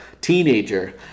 teenager